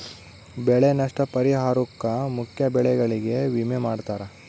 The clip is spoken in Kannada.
ಬೆಳೆ ನಷ್ಟ ಪರಿಹಾರುಕ್ಕ ಮುಖ್ಯ ಬೆಳೆಗಳಿಗೆ ವಿಮೆ ಮಾಡ್ತಾರ